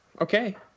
okay